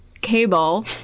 cable